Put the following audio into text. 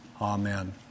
Amen